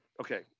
Okay